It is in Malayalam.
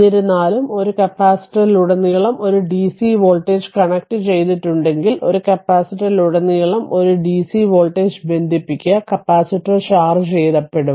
എന്നിരുന്നാലും ഒരു കപ്പാസിറ്ററിലുടനീളം ഒരു ഡിസി വോൾട്ടേജ് കണക്ട് ചെയ്തിട്ടുണ്ടെങ്കിൽ ഒരു കപ്പാസിറ്ററിലുടനീളം ഒരു ഡിസി വോൾട്ടേജ് ബന്ധിപ്പിക്കുക കപ്പാസിറ്റർ ചാർജ് ചെയ്യപ്പെടും